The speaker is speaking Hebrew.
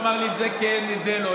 הוא אמר לי: את זה כן ואת זה לא.